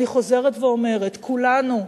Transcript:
אני חוזרת ואומרת, כולנו,